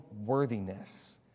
worthiness